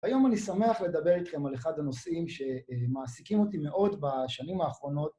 היום אני שמח לדבר איתכם על אחד הנושאים שמעסיקים אותי מאוד בשנים האחרונות.